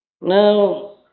Now